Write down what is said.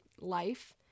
life